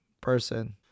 person